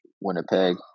Winnipeg